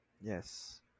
Yes